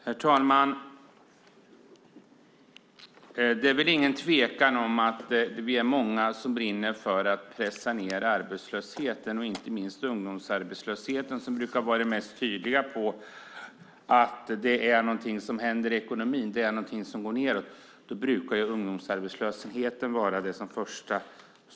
Herr talman! Det är ingen tvekan om att vi är många som brinner för att pressa ned arbetslösheten, och inte minst ungdomsarbetslösheten. Det brukar vara det mest tydliga tecknet på att något händer i ekonomin och att det är något som går nedåt. Ungdomsarbetslösheten brukar vara det första tecknet.